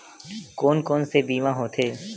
कोन कोन से बीमा होथे?